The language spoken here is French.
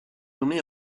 nommée